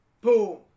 Boom